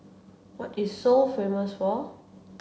what is Seoul famous for